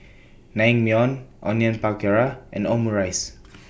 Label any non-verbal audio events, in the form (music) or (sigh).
Naengmyeon Onion Pakora and Omurice (noise)